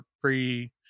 pre